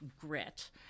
GRIT